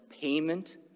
payment